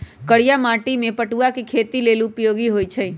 करिया माटि में पटूआ के खेती लेल उपयोगी होइ छइ